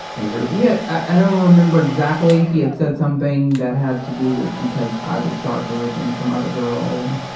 angry? yeah i don't remember exactly. he had said something that had to do with, because i was darker than some other girl and,